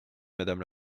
madame